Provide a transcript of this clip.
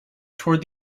toward